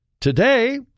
Today